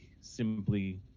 simply